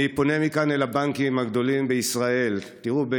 אני פונה מכאן אל הבנקים הגדולים בישראל: תראו,